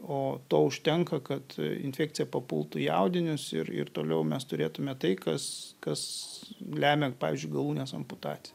o to užtenka kad infekcija papultų į audinius ir ir toliau mes turėtume tai kas kas lemia pavyzdžiui galūnės amputaciją